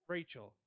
Rachel